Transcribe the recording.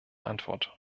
antwort